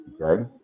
Okay